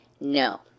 No